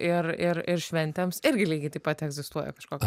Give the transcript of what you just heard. ir ir ir šventėms irgi lygiai taip pat egzistuoja kažkoks